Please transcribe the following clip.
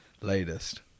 latest